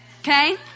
Okay